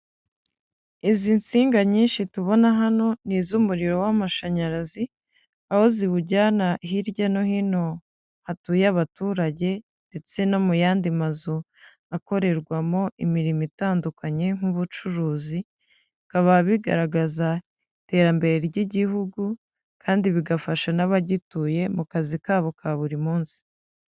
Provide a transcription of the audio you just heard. Izi nsinga nyinshi tubona hano ni iz'umuriro w'amashanyarazi aho ziwujyana hirya no hino hatuye abaturage ndetse no mu yandi mazu akorerwamo imirimo itandukanye nk'ubucuruzi, bikaba bigaragaza iterambere ry'igihugu kandi bigafasha n'abagituye mu kazi kabo ka buri munsi.